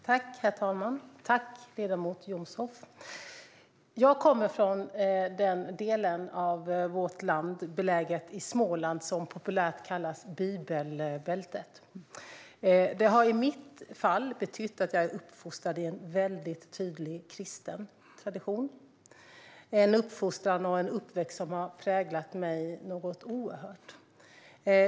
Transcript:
Herr talman! Tack för frågan, ledamoten Richard Jomshof! Jag kommer från den del av vårt land, belägen i Småland, som populärt kallas bibelbältet. Det har i mitt fall betytt att jag är uppfostrad i en tydlig kristen tradition. Det är en uppfostran och en uppväxt som har präglat mig oerhört mycket.